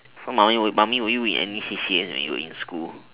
so mummy mummy were you in any C_C_A when you were in school